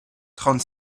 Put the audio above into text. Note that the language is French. trente